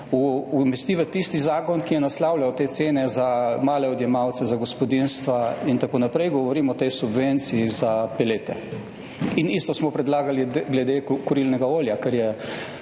umesti v tisti zakon, ki je naslavljal te cene za male odjemalce, za gospodinjstva in tako naprej, govorim o tej subvenciji za pelete. In isto smo predlagali glede kurilnega olja,